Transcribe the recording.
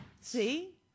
See